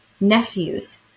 nephews